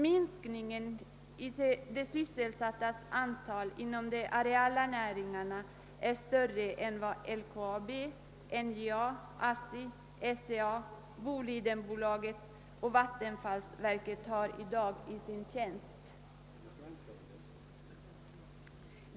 Minsk ningen av antalet sysselsatta inom de areala näringarna är större än det antal anställda som finns i dag vid LKAB, NJA, ASSI, SCA, Bolidenbolaget och vattenfallsverket.